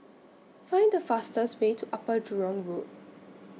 Find The fastest Way to Upper Jurong Road